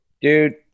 dude